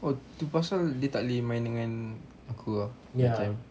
oh tu pasal dia tak boleh main dengan aku ah that time